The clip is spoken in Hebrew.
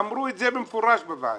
אמרו את זה במפורש בוועדה.